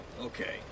Okay